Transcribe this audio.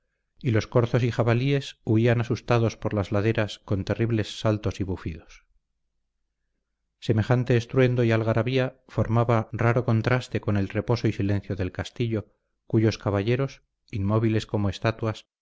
y los corzos y jabalíes huían asustados por las laderas con terribles saltos y bufidos semejante estruendo y algarabía formaba raro contraste con el reposo y silencio del castillo cuyos caballeros inmóviles como estatuas